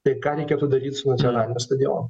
tai ką reikėtų daryt su nacionaliniu stadionu